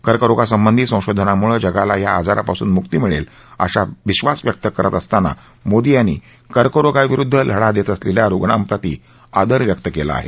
कर्करोगासंबंधी संशोधनामुळं जगाला या आजारापासून मुक्ती मिळेल असा विश्वास व्यक्त करत मोदी यांनी कर्करोगाविरुद्ध लढा देत असलेल्या रुग्णांप्रति आदर व्यक्त केला आहे